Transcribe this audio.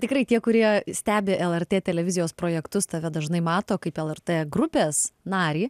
tikrai tie kurie stebi lrt televizijos projektus tave dažnai mato kaip lrt grupės narį